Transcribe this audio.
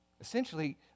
Essentially